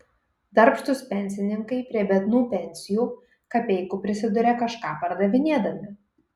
darbštūs pensininkai prie biednų pensijų kapeikų prisiduria kažką pardavinėdami